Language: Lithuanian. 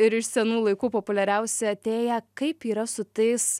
ir iš senų laikų populiariausi atėję kaip yra su tais